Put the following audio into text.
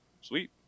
sweet